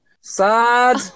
Sad